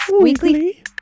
Weekly